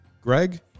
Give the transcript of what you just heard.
Greg